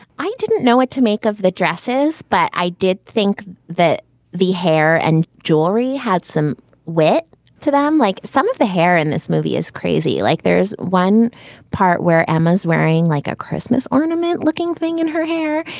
i didn't know what to make of the dresses, but i did think that the hair and jewelry had some wit to them. like some of the hair in this movie is crazy. like, there's one part where emma's wearing like a christmas. tournament looking thing in her hair.